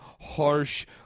harsh